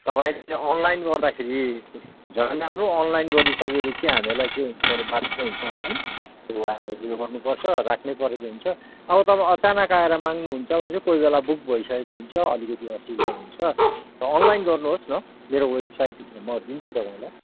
तपाईँले अनलाइन गर्दाखेरि झन् राम्रो अनलाइन गरिसकेपछि हामीलाई के हुन्छ भने बाध्य हुन्छौँ हामी त्यो भएपछि त गर्नुपर्छ राख्नैपरेको हुन्छ अब तपाईँ अचानक आएर माग्नु हुन्छ भने चाहिँ कोही बेला बुक भइसकेको हुन्छ अलिकति असुविधा हुन्छ र अनलाइन गर्नुहोस् न मेरो वेबसाइट म दिन्छु तपाईँलाई